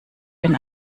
wenn